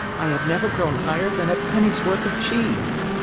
i have never grown higher than a penny's worth of cheese.